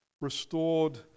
restored